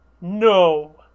No